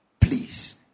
Please